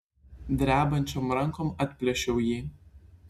drebančiom rankom atplėšiau jį